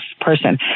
person